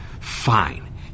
Fine